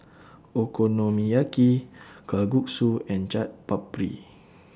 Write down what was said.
Okonomiyaki Kalguksu and Chaat Papri